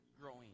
growing